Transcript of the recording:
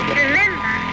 remember